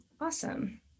Awesome